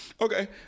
Okay